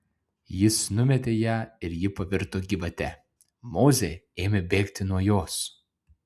jis numetė ją ir ji pavirto gyvate mozė ėmė bėgti nuo jos